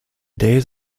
days